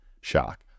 shock